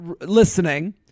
listening